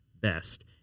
best